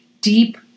Deep